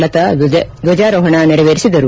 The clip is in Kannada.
ಲತಾ ಧ್ವಜಾರೋಹಣ ನೆರವೇರಿಸಿದರು